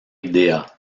dea